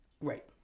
right